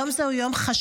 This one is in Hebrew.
יום זה הוא יום חשוב,